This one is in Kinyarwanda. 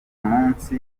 munsi